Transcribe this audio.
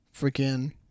freaking